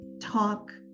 talk